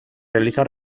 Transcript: realiza